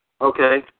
Okay